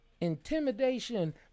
intimidation